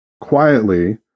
quietly